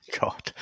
god